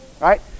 Right